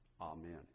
amen